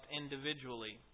individually